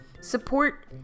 Support